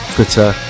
Twitter